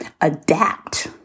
adapt